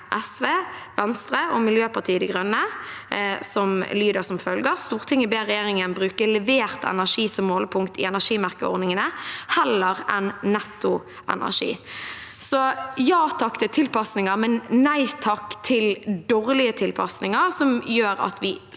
SV, Venstre og Miljøpartiet De Grønne, som lyder: «Stortinget ber regjeringen bruke levert energi som målepunkt i energimerkeordningene heller enn netto energi.» Så ja takk til tilpasninger, men nei takk til dårlige tilpasninger, som gjør at vi